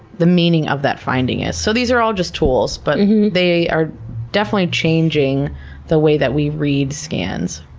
the meaning of that finding is. so these are all just tools, but they are definitely changing the way that we read scans.